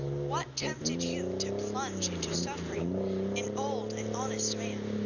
what tempted you to plunge into suffering an old and honest man,